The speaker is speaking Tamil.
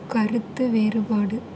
கருத்துவேறுபாடு